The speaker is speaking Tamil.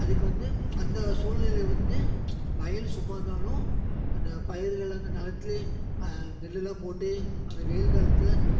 அதுக்கு வந்து அந்த சூழ்நிலை வந்து வயல் சும்மா இருந்தாலும் அந்த பயிர்கள் அந்த நெலத்துலேயே நெல்லுலாம் போட்டு அந்த வெயில் காலத்தில்